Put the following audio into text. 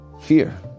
fear